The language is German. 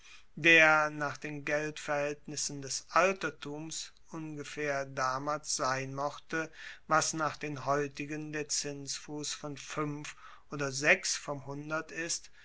der nach den geldverhaeltnissen des altertums ungefaehr damals sein mochte was nach den heutigen der zinsfuss von fuenf oder sechs vom hundert ist